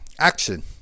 Action